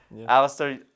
Alistair